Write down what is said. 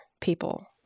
people